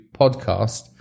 podcast